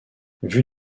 vue